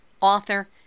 author